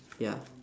ya